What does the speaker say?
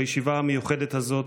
בישיבה המיוחדת הזאת,